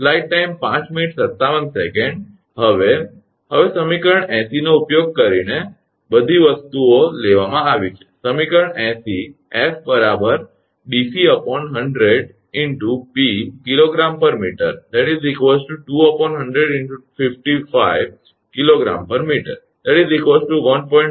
હવે હવે સમીકરણ 80 નો ઉપયોગ કરીને બધી વસ્તુઓ લેવામાં આવી છે સમીકરણ 80 𝐹 𝑑𝑐 100 × 𝑝 𝐾𝑔 𝑚 2 100 × 55 𝐾𝑔 𝑚 1